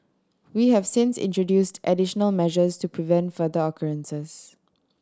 we have since introduced additional measures to prevent future occurrences